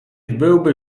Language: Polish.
byłby